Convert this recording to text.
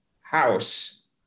house